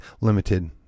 limited